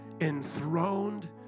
enthroned